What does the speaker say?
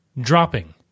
Dropping